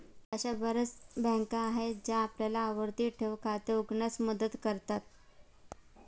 अशा बर्याच बँका आहेत ज्या आपल्याला आवर्ती ठेव खाते उघडण्यास मदत करतात